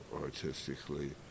artistically